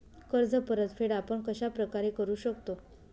कर्ज परतफेड आपण कश्या प्रकारे करु शकतो?